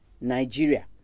Nigeria